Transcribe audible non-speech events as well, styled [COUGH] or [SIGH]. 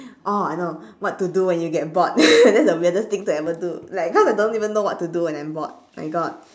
oh I know what to do when you get bored [LAUGHS] that's the weirdest thing to ever do like cause I don't even know what to do when I'm bored my god